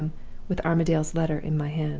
with armadale's letter in my hand.